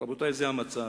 רבותי, זה המצב.